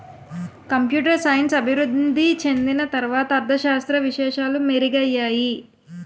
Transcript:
computer science అభివృద్ధి చెందిన తర్వాత అర్ధ శాస్త్ర విశేషాలు మెరుగయ్యాయి